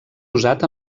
usat